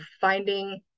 finding